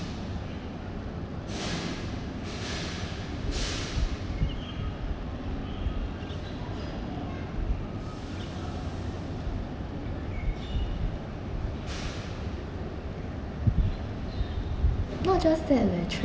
not just that leh